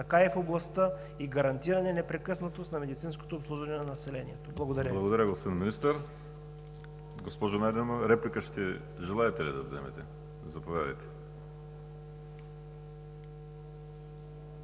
така и в областта и гарантиране непрекъснатост на медицинското обслужване на населението. Благодаря.